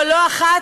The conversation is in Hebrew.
אבל לא אחת